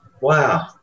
Wow